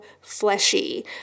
fleshy